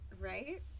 right